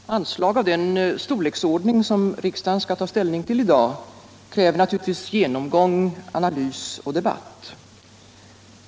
Herr talman! Anslag av den storleksordning som riksdagen skall ta ställning ull i dag kräver naturligtvis genomgång, analys och debatt.